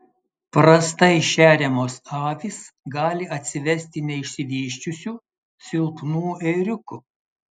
prastai šeriamos avys gali atsivesti neišsivysčiusių silpnų ėriukų